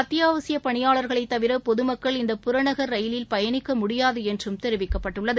அத்தியாவசியப் பணியாளர்களைதவிரபொதுமக்கள் இந்த புறநகர் ரயிலில் பயணிக்கமுடியாதுஎன்றும் தெரிவிக்கப்பட்டுள்ளது